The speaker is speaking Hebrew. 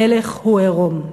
המלך הוא עירום.